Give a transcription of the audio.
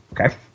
Okay